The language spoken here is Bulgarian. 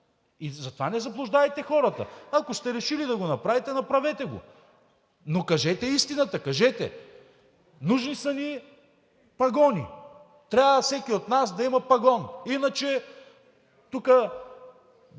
И затова не заблуждавайте хората! Ако сте решили да го направите – направете го, но кажете истината! Кажете: нужни са ни пагони, трябва всеки от нас да има пагон, иначе тук